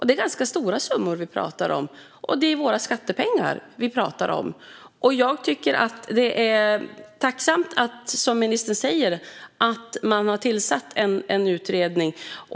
Det är ganska stora summor vi pratar om, och det är våra skattepengar vi pratar om. Jag tycker att det är tacknämligt att man, som ministern säger, har tillsatt en utredning.